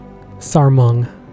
Sarmung